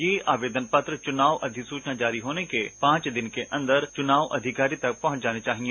यह आवेदन पत्र चुनाव अधिसूचना जारी होने के पांच दिन के अंदर चुनाव अधिकारी तक पहुंच जाने चाहिए